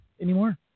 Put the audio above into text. anymore